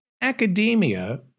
academia